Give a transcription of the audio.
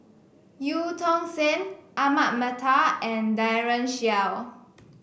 Eu Tong Sen Ahmad Mattar and Daren Shiau